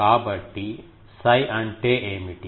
కాబట్టి 𝜓 అంటే ఏమిటి